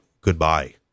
goodbye